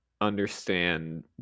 understand